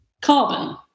carbon